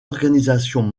organisations